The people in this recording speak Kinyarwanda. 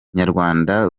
nyarwanda